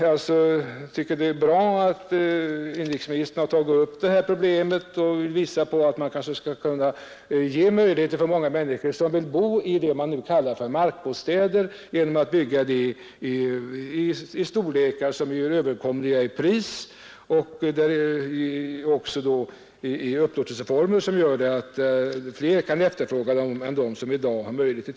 Jag tycker det är bra att inrikesministern tagit upp detta problem och visat på att man kanske skall kunna ge möjligheter för många människor att bo i vad man kallar markbostäder, som byggs i sådan storlek att de är överkomliga i pris och i sådana upplåtelseformer att fler än de som i dag har möjlighet därtill kan efterfråga dem.